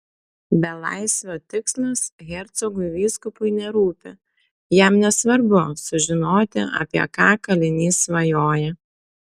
belaisvio tikslas hercogui vyskupui nerūpi jam nesvarbu sužinoti apie ką kalinys svajoja